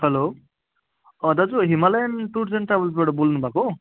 hello अँ दाजु Himalayan tours and ट्राभल्सबाट बोल्नुभएको हो